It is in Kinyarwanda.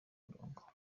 murongo